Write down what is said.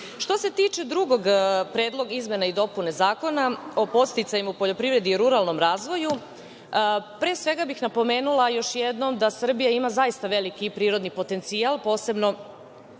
se tiče drugog predloga izmena i dopuna Zakona o podsticajima u poljoprivredi i ruralnom razvoju, pre svega bih napomenula još jednom da Srbija ima zaista veliki prirodni potencijal, posebno